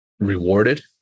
rewarded